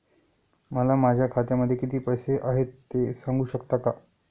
मला माझ्या खात्यामध्ये किती पैसे आहेत ते सांगू शकता का?